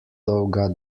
dolga